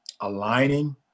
aligning –